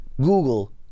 Google